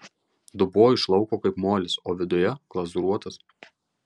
dubuo iš lauko kaip molis o viduje glazūruotas